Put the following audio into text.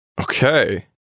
Okay